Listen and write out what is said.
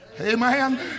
Amen